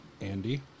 Andy